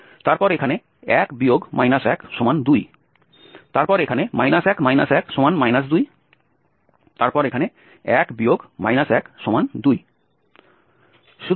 তারপর এখানে 1 2 তারপর এখানে 1 1 2 তারপর এখানে 1 2